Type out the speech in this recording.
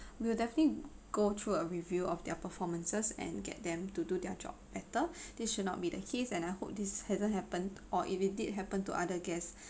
we'll definitely go through a review of their performances and get them to do their job better this should not be the case and I hope this hasn't happened or if it did happen to other guests